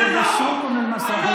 עזבו את ההצגות, אחים שלי.